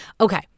Okay